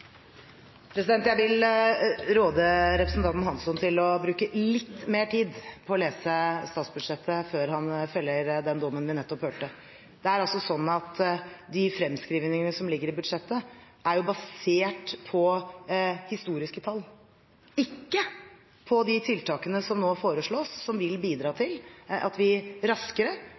Jeg vil råde representanten Hansson til å bruke litt mer tid på å lese statsbudsjettet før han feller den dommen vi nettopp hørte. De fremskrivningene som ligger i budsjettet, er basert på historiske tall – ikke på de tiltakene som nå foreslås, som vil bidra til at vi raskere